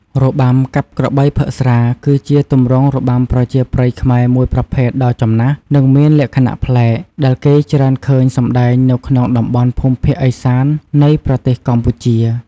របាំកាប់ក្របីផឹកស្រា គឺជាទម្រង់របាំប្រជាប្រិយខ្មែរមួយប្រភេទដ៏ចំណាស់ និងមានលក្ខណៈប្លែក ដែលគេច្រើនឃើញសម្តែងនៅក្នុងតំបន់ភូមិភាគឦសាន្តនៃប្រទេសកម្ពុជា។